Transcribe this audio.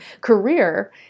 career